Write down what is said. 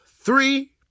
three